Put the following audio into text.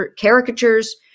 caricatures